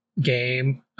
game